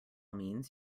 means